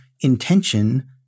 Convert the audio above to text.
intention